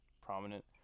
prominent